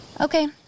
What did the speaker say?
Okay